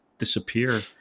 Disappear